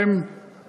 מה הם עשו.